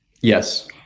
Yes